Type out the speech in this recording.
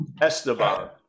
Esteban